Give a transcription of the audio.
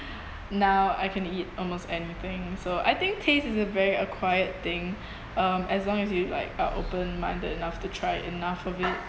now I can eat almost anything so I think taste is a very acquired thing um as long as you like uh open minded enough to try enough of it